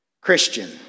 Christian